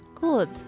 Good